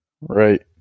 Right